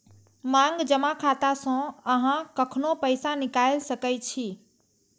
मांग जमा खाता सं अहां कखनो पैसा निकालि सकै छी